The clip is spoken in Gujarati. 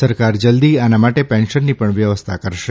સરકાર જલ્દી આના માટે પેન્શનની પણ વ્યવસ્થા કરશે